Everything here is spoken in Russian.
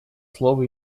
слово